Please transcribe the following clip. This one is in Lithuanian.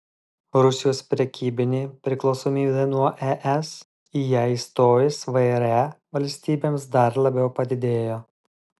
rusijos prekybinė priklausomybė nuo es į ją įstojus vre valstybėms dar labiau padidėjo